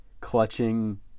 clutching